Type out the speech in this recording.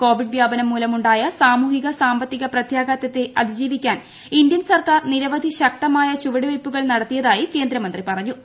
Covid വ്യാപനം മൂലമുണ്ടായ സാമൂഹിക സാമ്പത്തിക പ്രത്യാഘതത്തെ അതിജീവിക്കാൻ ഇന്ത്യൻ സർക്കാർ നിരവധി ശക്തമായ ചുവടുവയ്പ്പുകൾ നടത്തിയതായി കേന്ദ്രമന്ത്രി പറഞ്ഞു